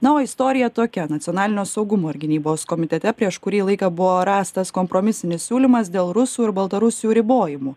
na o istorija tokia nacionalinio saugumo ir gynybos komitete prieš kurį laiką buvo rastas kompromisinis siūlymas dėl rusų ir baltarusių ribojimų